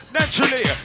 naturally